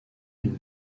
une